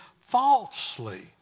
falsely